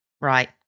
Right